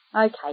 Okay